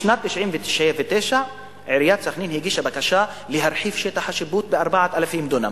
בשנת 1999 עיריית סח'נין הגישה בקשה להרחיב את שטח השיפוט ב-4,000 דונם.